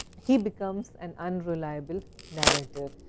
he becomes an unreliable narrator.